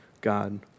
God